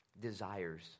desires